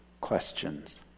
questions